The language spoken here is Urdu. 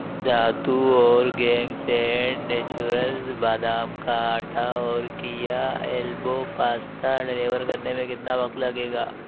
دھاتو اورگینکس اینڈ نیچورلز بادام کا آٹا اور کیا ایلبو پاستا ڈیلیور کرنے میں کتنا وقت لگے گا